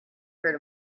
heard